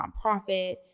nonprofit